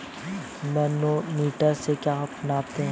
Manometer से क्या नापते हैं?